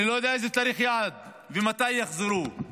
אני לא יודע איזה תאריך יעד ומתי יחזרו.